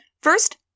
First